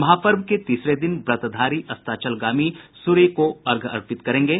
महापर्व के तीसरे दिन व्रतधारी अस्ताचलगामी सूर्य को अर्घ्य अर्पित करेंगे